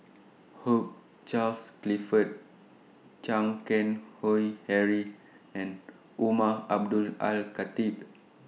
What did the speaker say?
Hugh Charles Clifford Chan Keng Howe Harry and Umar Abdullah Al Khatib